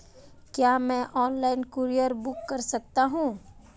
क्या मैं online courier book कर सकता हूँ?